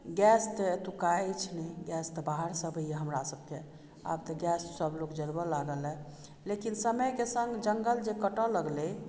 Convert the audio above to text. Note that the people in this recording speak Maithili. गैस तऽ एतुका अछि नहि गैस तऽ बाहर सऽ अबैया हमरा सबके आब तऽ गैस सब लोग जरबे लागल हँ लेकिन समय के संग जंगल जे कटऽ लगलै